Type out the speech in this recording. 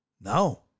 No